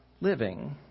living